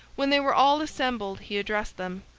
when they were all assembled he addressed them.